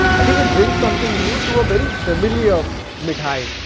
i think it brings something new to a very familiar mithai.